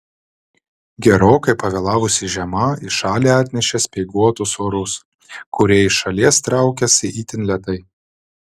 gerokai pavėlavusi žiema į šalį atnešė speiguotus orus kurie iš šalies traukiasi itin lėtai